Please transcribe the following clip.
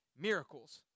miracles